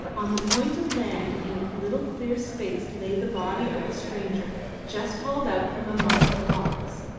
on the point of land in a little clear space lay the body of the stranger just hauled out from amongst the logs.